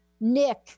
Nick